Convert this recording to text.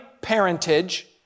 parentage